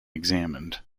examined